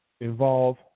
involve